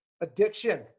Addiction